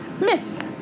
Miss